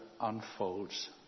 unfolds